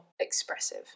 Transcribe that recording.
expressive